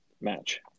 match